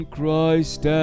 Christ